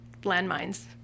landmines